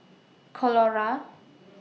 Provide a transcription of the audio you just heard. Colora